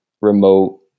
remote